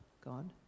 God